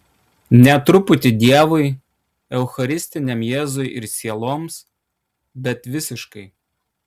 ne truputį dievui eucharistiniam jėzui ir sieloms bet visiškai